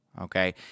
Okay